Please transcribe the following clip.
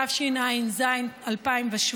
התשע"ז 2017,